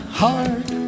heart